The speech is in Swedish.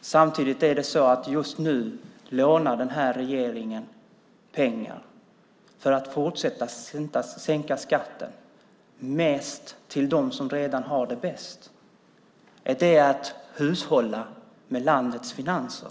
Samtidigt lånar den här regeringen just nu pengar för att fortsätta att sänka skatten mest för dem som redan har det bäst. Är det att hushålla med landets finanser?